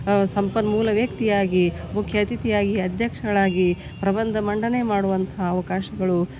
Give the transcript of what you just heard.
ಸಂಪನ್ಮೂಲ ವ್ಯಕ್ತಿಯಾಗಿ ಮುಖ್ಯ ಅತಿಥಿಯಾಗಿ ಅಧ್ಯಕ್ಷಳಾಗಿ ಪ್ರಬಂಧ ಮಂಡನೆ ಮಾಡುವಂಥ ಅವಕಾಶಗಳು